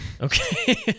Okay